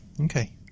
Okay